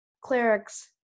clerics